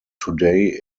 today